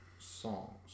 Songs